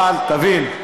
אבל תבין,